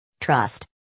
Trust